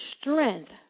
strength